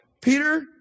Peter